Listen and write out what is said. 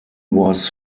was